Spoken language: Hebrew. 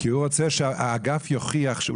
הוא רוצה שהאגף יוכיח.